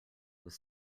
was